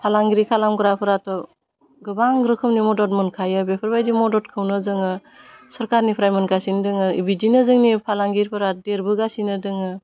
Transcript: फालांगिरि खालामग्राफोराथ' गोबां रोखोमनि मदद मोनखायो बेफोरबायदि मददखौनो जोङो सरकारनिफ्राय मोनगासिनो दोङो बिदिनो जोंनि फालांगिरिफोरा देरबोगासिनो दोङो